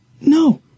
No